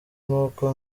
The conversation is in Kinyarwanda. nuko